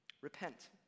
Repent